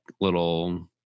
little